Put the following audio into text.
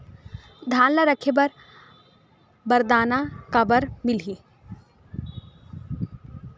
धान ल रखे बर बारदाना काबर मिलही?